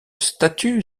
statue